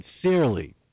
sincerely